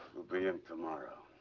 we'll be in tomorrow.